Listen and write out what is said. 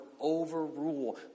overrule